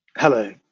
Hello